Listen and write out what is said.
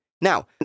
Now